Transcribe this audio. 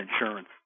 insurance